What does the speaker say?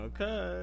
Okay